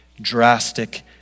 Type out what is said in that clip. drastic